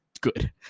good